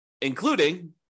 including